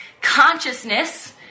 consciousness